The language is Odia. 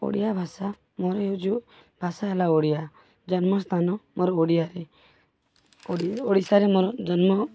ଓଡ଼ିଆ ଭାଷା ମୋର ହେଉଛି ଭାଷା ହେଲା ଓଡ଼ିଆ ଜନ୍ମସ୍ଥାନ ମୋର ଓଡ଼ିଆରେ ଓଡ଼ିଶାରେ ମୋର ଜନ୍ମ